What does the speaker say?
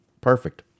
Perfect